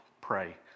pray